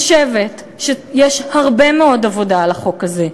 אני חושבת שיש הרבה מאוד עבודה על החוק הזה.